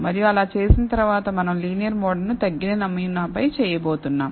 మరియు అలా చేసిన తర్వాత మనం లీనియర్ మోడల్ ను తగ్గిన నమూనాపై చేయబోతున్నాం